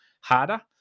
harder